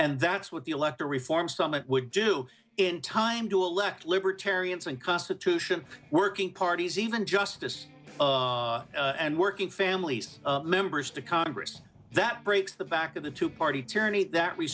and that's what the electoral reform summit would do in time to elect libertarians and constitution working parties even justice and working families members to congress that breaks the back of the two party tyranny that we